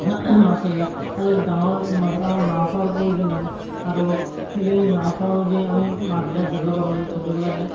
মাছ আৰু ডাঙৰ মাছ হ'লে আমাক নাও চাওৰ প্ৰয়োজন হয় আৰু সেইখিনি নাও চাও দি আমি মাছবিলাক ধৰবা পাৰোঁ ধৰবা পৰা যায়